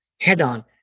head-on